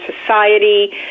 society